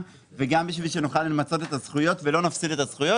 וגם בשביל שנוכל למצות את הזכויות ולא להפסיד אותן.